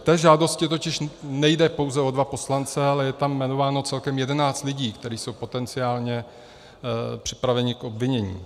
V žádosti totiž nejde pouze o dva poslance, ale je tam jmenováno celkem jedenáct lidí, kteří jsou potenciálně připraveni k obvinění.